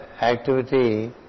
activity